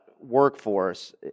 workforce